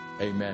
Amen